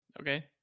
Okay